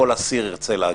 כל אסיר ירצה להגיע.